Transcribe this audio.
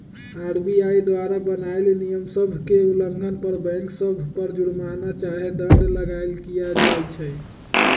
RBI द्वारा बनाएल नियम सभ के उल्लंघन पर बैंक सभ पर जुरमना चाहे दंड लगाएल किया जाइ छइ